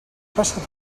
passat